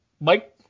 Mike